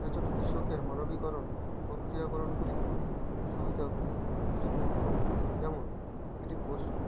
একজন কৃষকের মানবীকরণ প্রক্রিয়াকরণগুলি খুবই সুবিধাগুলি পরিবহন করে যেমন একটি পশু